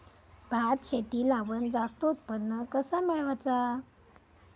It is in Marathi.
भात शेती लावण जास्त उत्पन्न कसा मेळवचा?